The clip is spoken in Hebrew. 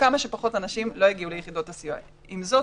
עם זאת,